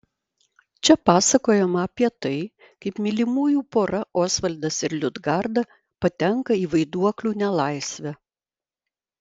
čia pasakojama apie tai kaip mylimųjų pora osvaldas ir liudgarda patenka į vaiduoklių nelaisvę